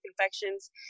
infections